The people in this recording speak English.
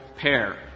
pair